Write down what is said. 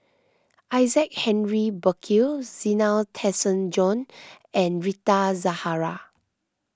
Isaac Henry Burkill Zena Tessensohn and Rita Zahara